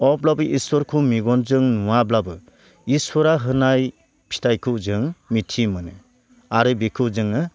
अब्लाबो इसोरखौ मेगनजों नुवाब्लाबो इसोरा होनाय फिथाइखौ जों मिथि मोनो आरो बेखौ जोङो